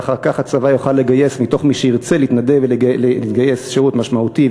ואחר כך הצבא יוכל לגייס מתוך מי שירצה להתנדב ולהתגייס לשירות משמעותי,